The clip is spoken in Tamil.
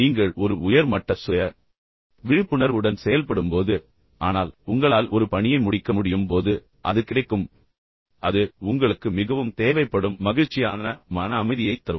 நீங்கள் ஒரு உயர் மட்ட சுய விழிப்புணர்வுடன் செயல்படும்போது ஆனால் உங்களால் ஒரு பணியை முடிக்க முடியும் போது அது கிடைக்கும் அது உங்களுக்கு மிகவும் தேவைப்படும் மகிழ்ச்சியான மன அமைதியைத் தரும்